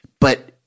but-